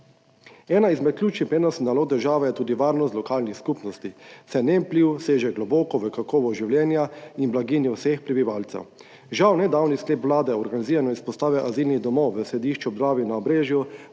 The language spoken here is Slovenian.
Ena izmed ključnih prednostnih nalog države je tudi varnost lokalnih skupnosti, saj njen vpliv seže globoko v kakovost življenja in blaginjo vseh prebivalcev. Žal nedavni sklep Vlade o organiziranju izpostave azilnih domov v Središču ob Dravi in na Obrežju